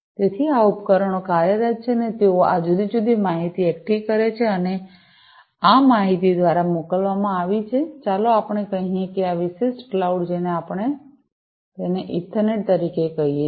તેથી આ ઉપકરણો કાર્યરત છે અને તેઓ આ જુદી જુદી માહિતી એકઠી કરે છે અને આ માહિતી દ્વારા મોકલવામાં આવી છે ચાલો આપણે કહીએ કે આ વિશિષ્ટ ક્લાઉડ જેને આપણે તેને ઇથરનેટ તરીકે કહીએ છીએ